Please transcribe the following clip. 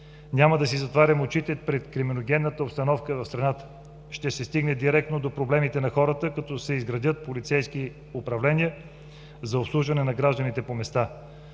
Няма да си затваряме очите пред криминогенната обстановка в страната. Ще се стигне директно до проблемите на хората, като се изградят полицейски управления за обслужване на гражданите по места.